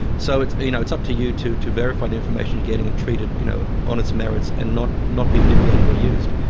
so it's you know up to you to to verify the information you're getting and treat it you know on its merits and not not be manipulated or used.